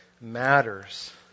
matters